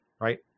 Right